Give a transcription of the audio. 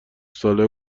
ساله